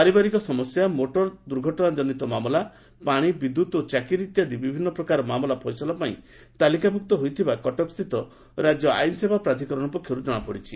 ପାରିବାରିକ ସମସ୍ୟା ମୋଟର ଦୁର୍ଘଟଶାଜନିତ ମାମଲା ପାଣି ବିଦ୍ୟୁତ୍ ଓ ଚାକିରି ଇତ୍ୟାଦି ବିଭିନ୍ନ ପ୍ରକାର ମାମଲା ଫଇସଲା ପାଇଁ ତାଲିକାଭୁକ୍ତ ହୋଇଥିବା କଟକ ସ୍ତିତ ରାଜ୍ୟ ଆଇନ ସେବା ପ୍ରାଧକରଣ ପକ୍ଷର୍ଠୁ ଜଣାପଡ଼ିଛି